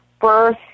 birth